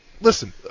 listen